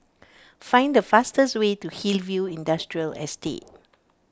find the fastest way to Hillview Industrial Estate